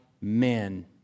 men